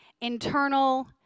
internal